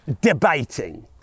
debating